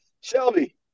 Shelby